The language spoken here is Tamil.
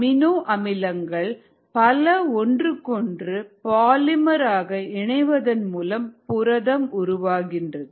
அமினோ அமிலங்கள் பல ஒன்றுக்கு ஒன்று பாலிமர் ஆக இணைவதன் மூலம் புரதம் உருவாகிறது